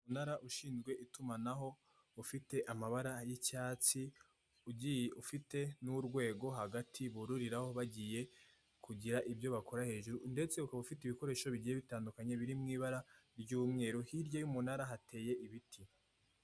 Umunara ushinzwe itumanaho ufite amabara y'icyatsi, ugiye ufite n'urwego hagati bururiraho bagiye kugira ibyo bakora ndetse ukaba ufite ibikoresho bigiye bitandukanye biri mu ibara ry'umweru, hirya y'umunara hateye ibiti.